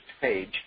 page